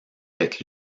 avec